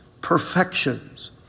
perfections